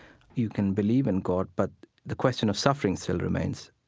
you can believe in god, but the question of suffering still remains.